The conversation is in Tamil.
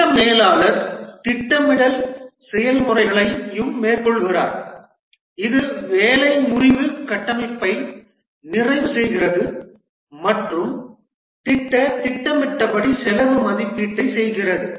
திட்ட மேலாளர் திட்டமிடல் செயல்முறைகளையும் மேற்கொள்கிறார் இது வேலை முறிவு கட்டமைப்பை நிறைவு செய்கிறது மற்றும் திட்ட திட்டமிடப்பட்ட செலவு மதிப்பீட்டை செய்கிறது